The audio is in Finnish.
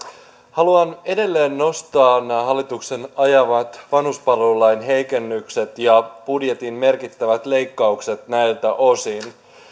haluan edelleen nostaa nämä hallituksen ajamat vanhuspalvelulain heikennykset ja budjetin merkittävät leikkaukset näiltä osin